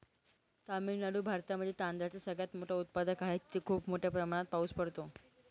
तामिळनाडू भारतामध्ये तांदळाचा सगळ्यात मोठा उत्पादक आहे, तिथे खूप मोठ्या प्रमाणात पाऊस होतो